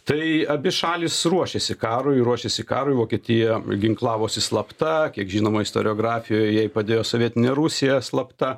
tai abi šalys ruošėsi karui ruošėsi karui vokietija ginklavosi slapta kiek žinoma istoriografijoj jai padėjo sovietinė rusija slapta